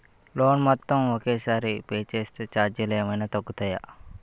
Loan మొత్తం ఒకే సారి పే చేస్తే ఛార్జీలు ఏమైనా తగ్గుతాయా?